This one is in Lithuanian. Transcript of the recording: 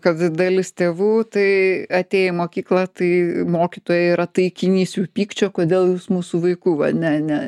kad dalis tėvų tai atėję į mokyklą tai mokytojai yra taikinys jų pykčio kodėl jūs mūsų vaikų va ne ne